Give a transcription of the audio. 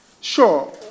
Sure